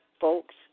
folks